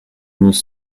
nous